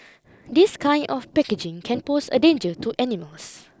this kind of packaging can pose a danger to animals